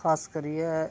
खास करियै